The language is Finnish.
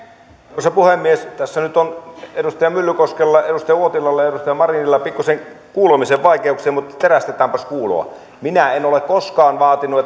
arvoisa puhemies tässä nyt on edustaja myllykoskella edustaja uotilalla ja edustaja marinilla pikkuisen kuulemisen vaikeuksia mutta terästetäänpäs kuuloa minä en ole koskaan vaatinut